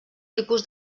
tipus